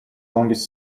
longest